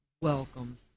welcome